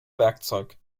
werkzeug